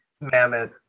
mammoth